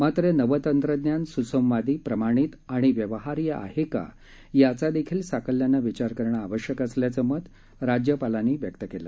मित्र नवत्तिज्ञान सुसंवादी प्रमाणित आणि व्यवहार्य आहक्का याचा दखील साकल्यान विचार करणं आवश्यक असल्याचं मत राज्यपालांनी व्यक्त केले